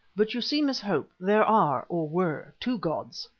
but you see, miss hope, there are, or were, two gods,